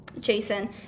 Jason